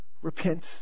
repent